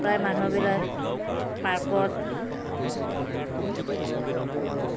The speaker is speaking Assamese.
প্ৰায় মানুহবিলাক পাৰ্কত